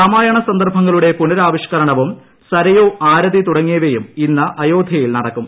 രാമായണ സന്ദർഭങ്ങളുടെ പുനരാവിഷ്കരണവും സരയൂ ആരതി തുടങ്ങിയവയും ഇന്ന് ഏറ്റ്യോധ്യയിൽ നടക്കും